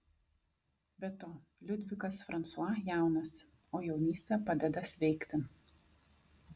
be to liudvikas fransua jaunas o jaunystė padeda sveikti